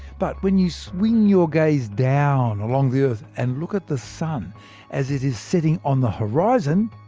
but when you swing your gaze down along the earth, and look at the sun as it is setting on the horizon,